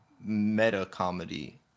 meta-comedy